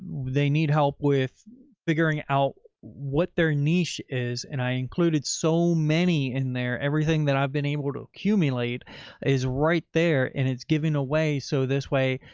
they need help with figuring out what their niche is. and i included so many in there. everything that i've been able to accumulate is right there and it's given away. so this way,